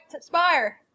spire